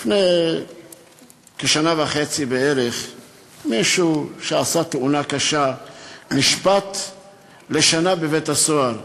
לפני כשנה וחצי מישהו שעשה תאונה קשה נשפט לשנה בבית-הסוהר.